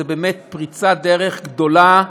זו באמת פריצת דרך גדולה,